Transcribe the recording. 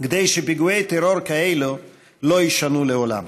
כדי שפיגועי טרור כאלו לא יישנו לעולם.